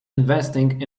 investing